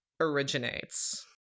originates